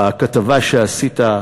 בכתבה שעשית,